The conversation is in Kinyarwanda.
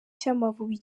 cy’amavubi